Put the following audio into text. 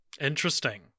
Interesting